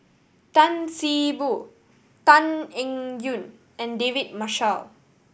Tan See Boo Tan Eng Yoon and David Marshall